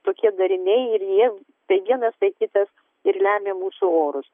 tokie dariniai ir jie tai vienas tai kitas ir lemia mūsų orus